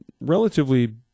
relatively